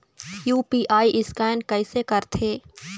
UPI scan कइसे करथे?